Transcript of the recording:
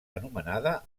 anomenada